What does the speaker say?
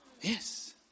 Yes